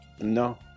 no